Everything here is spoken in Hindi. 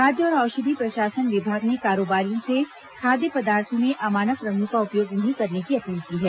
खाद्य और औषधि प्रशासन विभाग ने कारोबारियों से खाद्य पदार्थो में अमानक रंगों का उपयोग नहीं करने की अपील की है